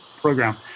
program